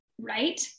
Right